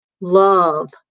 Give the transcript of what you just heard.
love